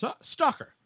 stalker